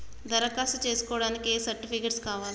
దరఖాస్తు చేస్కోవడానికి ఏ సర్టిఫికేట్స్ కావాలి?